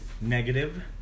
negative